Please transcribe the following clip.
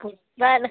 football